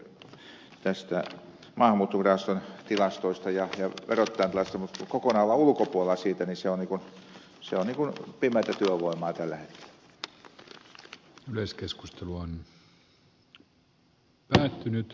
tässä on kyse maahanmuuttoviraston tilastoista ja verottajan tilastoista mutta kun kokonaan ollaan ulkopuolella siitä niin se on pimeää työvoimaa tällä hetkellä